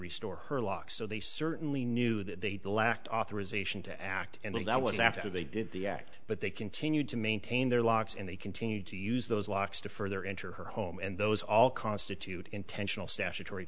restore her locks so they certainly knew that they lacked authorization to act and that was after they did the act but they continued to maintain their locks and they continued to use those locks to further enter her home and those all constitute intentional statutory